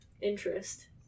interest